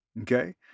Okay